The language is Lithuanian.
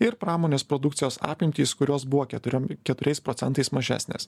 ir pramonės produkcijos apimtys kurios buvo keturiom keturiais procentais mažesnės